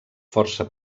força